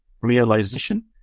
Realization